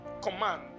command